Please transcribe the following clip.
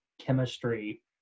chemistry